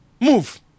Move